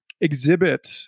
exhibit